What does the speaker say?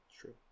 True